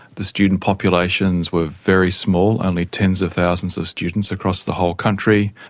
the student populations were very small, only tens of thousands of students across the whole country,